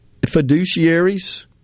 fiduciaries